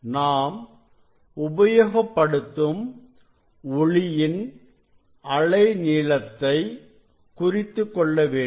நாம் உபயோகப்படுத்தும் ஒளியின் அலை நீளத்தை குறித்துக்கொள்ள வேண்டும்